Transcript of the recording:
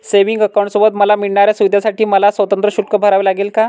Savings अकाउंटसोबत मला मिळणाऱ्या सुविधांसाठी मला स्वतंत्र शुल्क भरावे लागेल का?